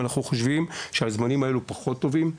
אנחנו חושבים שהזמנים הללו פחות טובים.